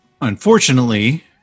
unfortunately